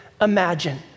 imagine